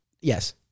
yes